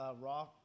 raw